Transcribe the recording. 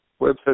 website